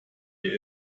wir